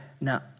now